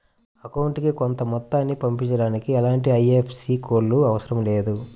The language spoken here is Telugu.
అకౌంటుకి కొంత మొత్తాన్ని పంపించడానికి ఎలాంటి ఐఎఫ్ఎస్సి కోడ్ లు అవసరం లేదు